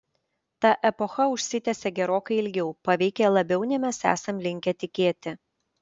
ta epocha užsitęsė gerokai ilgiau paveikė labiau nei mes esam linkę tikėti